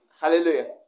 Hallelujah